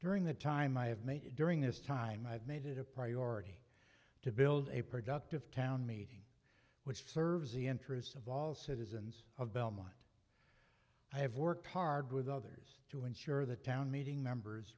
during the time i have made during this time i have made it a priority to build a productive town meeting which serves the interests of all citizens of belmont i have worked hard with others to ensure the town meeting members